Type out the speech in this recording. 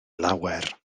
lawer